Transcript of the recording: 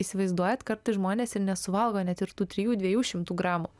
įsivaizduojat kartais žmonės ir nesuvalgo net ir tų trijų dviejų šimtų gramų